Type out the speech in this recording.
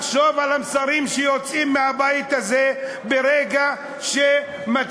יש לחשוב על המסרים שיוצאים מהבית הזה ברגע שמצביעים,